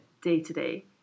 day-to-day